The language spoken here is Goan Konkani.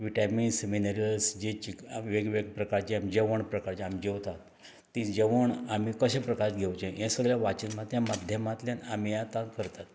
विटॅमिन्स मिनरल्स जी चिक् आमी वेग वेग प्रकारचें जें जेवण प्रकारचें आमी जेवतात ती जेवण आमी कशें प्रकार घेवचें हें सगलें वाचनात्या माध्यमांतल्यान आमी आतां करतात